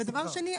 דבר שני.